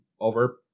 over